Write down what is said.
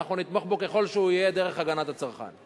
ואנחנו נתמוך בו ככל שהוא יהיה דרך הגנת הצרכן.